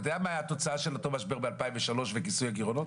אתה יודע מה הייתה התוצאה של אותו משבר ב-2003 וכיסוי הגירעונות?